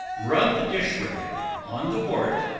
rub the dish-rag on the wart,